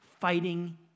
fighting